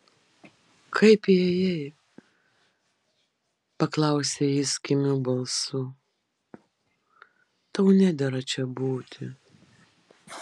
kaip įėjai paklausė jis kimiu balsu tau nedera čia būti